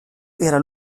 era